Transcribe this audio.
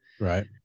right